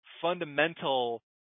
fundamental